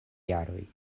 jaroj